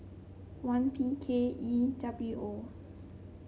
one P K E W O